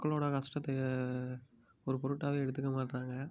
மக்களோட கஷ்டத்த ஒரு பொருட்டாவே எடுத்துக்க மாட்டாங்க